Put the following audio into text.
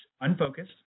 unfocused